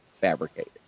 fabricated